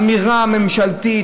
האמירה הממשלתית,